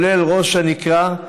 כולל ראש הנקרה,